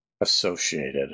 associated